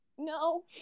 No